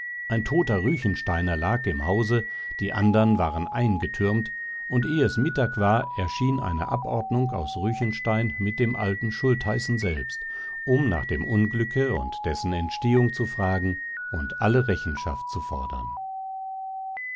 ein toter ruechensteiner lag im hause die andern waren eingetürmt und eh es mittag war erschien eine abordnung aus ruechenstein mit dem alten schultheißen selbst um nach dem unglücke und dessen entstehung zu fragen und alle rechenschaft zu fordern